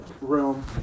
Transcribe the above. room